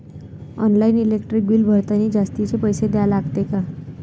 Online electric bill भरतानी जास्तचे पैसे द्या लागते का?